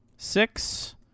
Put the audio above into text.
Six